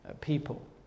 people